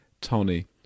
Tony